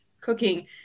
Cooking